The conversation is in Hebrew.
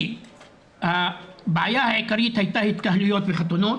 כי הבעיה העיקרית הייתה ההתקהלויות בחתונות